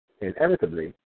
Inevitably